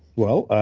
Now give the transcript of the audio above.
well,